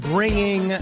Bringing